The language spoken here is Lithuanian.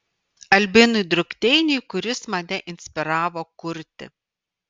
albinui drukteiniui kuris mane inspiravo kurti